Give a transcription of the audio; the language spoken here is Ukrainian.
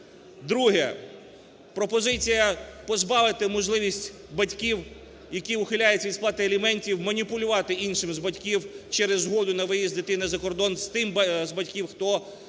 Друге. Пропозиція позбавити можливість батьків, які ухиляються від сплати аліментів, маніпулювати іншим з батьків через згоду на виїзд дитини за кордон з тим з батьків, хто сумлінно